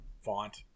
font